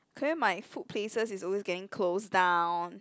Korean my food places is always getting close down